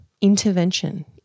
intervention